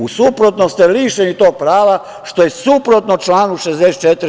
U suprotnom ste lišeni tog prava, što je suprotno članu 64.